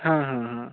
हाँ हाँ हाँ